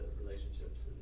relationships